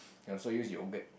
you can also use yogurt